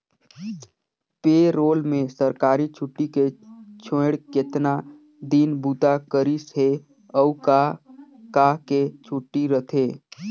पे role में सरकारी छुट्टी के छोएड़ केतना दिन बूता करिस हे, अउ का का के छुट्टी रथे